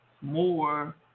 more